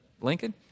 Lincoln